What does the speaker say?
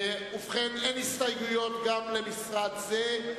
אין הסתייגויות גם למשרד זה.